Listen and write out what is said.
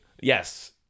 Yes